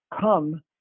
come